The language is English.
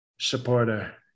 supporter